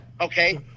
okay